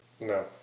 No